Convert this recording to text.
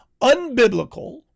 unbiblical